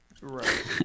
Right